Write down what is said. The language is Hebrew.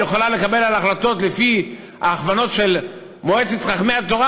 יכולה לקבל החלטות לפי ההכוונות של מועצת חכמי התורה,